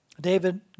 David